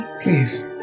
Please